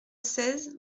seize